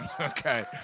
okay